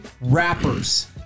rapper's